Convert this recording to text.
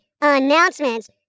announcements